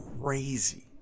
crazy